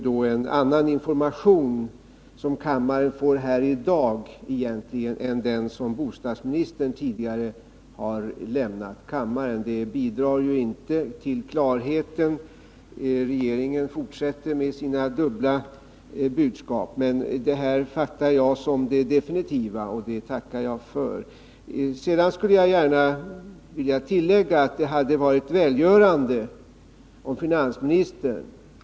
Den information som kammaren får i dag är alltså en annan än den som bostadsministern tidigare har lämnat kammaren. Det bidrar inte till klarheten — regeringen fortsätter med sina dubbla budskap — men jag uppfattar finansministerns besked som det definitiva, och det tackar jag för.